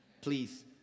please